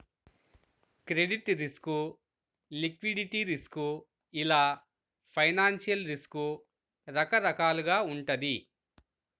credit risk, liquidity risk ఇలా financial risk రకరకాలుగా వుంటది